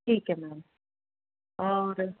ਠੀਕ ਹੈ ਮੈਮ ਔਰ